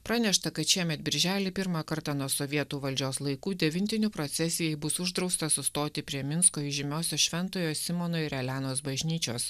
pranešta kad šiemet birželį pirmą kartą nuo sovietų valdžios laikų devintinių procesijai bus uždrausta sustoti prie minsko įžymiosios šventojo simono ir elenos bažnyčios